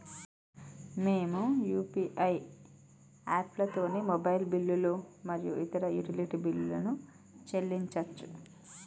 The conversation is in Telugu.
మేము యూ.పీ.ఐ యాప్లతోని మొబైల్ బిల్లులు మరియు ఇతర యుటిలిటీ బిల్లులను చెల్లించచ్చు